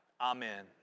Amen